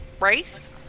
race